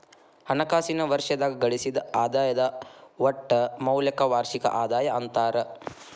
ಹಣಕಾಸಿನ್ ವರ್ಷದಾಗ ಗಳಿಸಿದ್ ಆದಾಯದ್ ಒಟ್ಟ ಮೌಲ್ಯಕ್ಕ ವಾರ್ಷಿಕ ಆದಾಯ ಅಂತಾರ